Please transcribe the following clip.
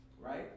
Right